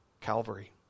Calvary